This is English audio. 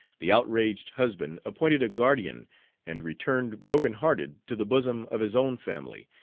the outraged husband appointed a guardian and returned broken-hearted to the bosom of his own family,